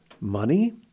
money